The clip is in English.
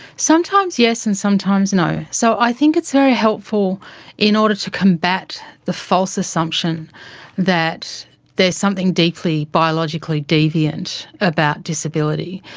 sometimes yes and sometimes no. so i think it's very helpful in order to combat the false assumption that there's something deeply biologically deviant about disability.